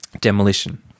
Demolition